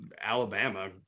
Alabama